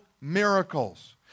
miracles